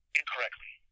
incorrectly